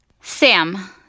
Sam